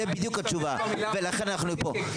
זו בדיוק התשובה ולכן אנחנו פה.